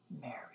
Mary